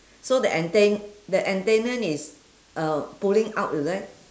so the anten~ the antenna is uh pulling out is it